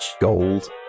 Gold